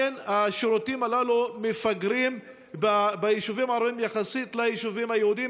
השירותים הללו ביישובים הערביים עדיין מפגרים יחסית ליישובים היהודיים.